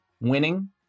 winning